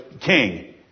king